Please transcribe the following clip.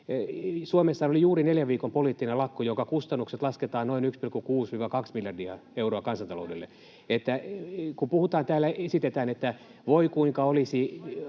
Suomessahan oli juuri neljän viikon poliittinen lakko, jonka kustannuksiksi lasketaan noin 1,6—2 miljardia euroa kansantaloudelle. [Aino-Kaisa Pekonen: Jonka te